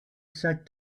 said